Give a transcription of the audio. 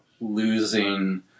losing